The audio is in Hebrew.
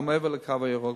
גם מעבר ל"קו הירוק".